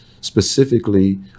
specifically